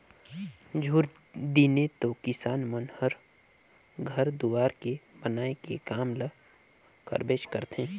झूर दिने तो किसान मन हर घर दुवार के बनाए के काम ल करबेच करथे